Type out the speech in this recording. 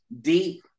deep